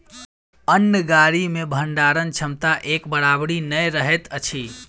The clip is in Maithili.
अन्न गाड़ी मे भंडारण क्षमता एक बराबरि नै रहैत अछि